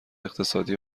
اقتصادی